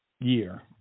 year